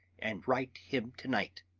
and write him to-night.